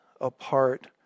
apart